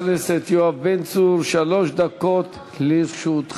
חבר הכנסת יואב בן צור, שלוש דקות לרשותך.